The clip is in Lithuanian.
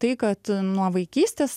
tai kad nuo vaikystės